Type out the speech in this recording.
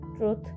truth